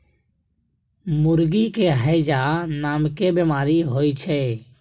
मुर्गी के हैजा नामके बेमारी होइ छै